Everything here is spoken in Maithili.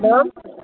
दाम